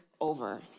over